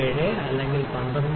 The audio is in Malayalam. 27 അല്ലെങ്കിൽ 12